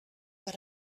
but